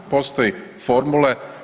Postoje formule.